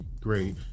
great